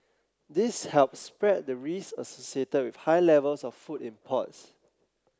this helps spread the risk associated with high levels of food imports